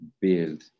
build